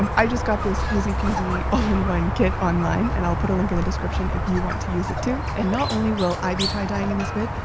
um i just got this easy-peasy all in one kit online and i'll put a link in the description if you want to use it too and not only will i be tie-dyeing in this bit,